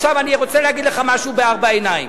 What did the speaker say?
עכשיו אני רוצה להגיד לך משהו בארבע עיניים: